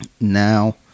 now